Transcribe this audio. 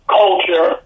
culture